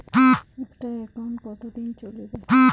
একটা একাউন্ট কতদিন চলিবে?